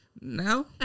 No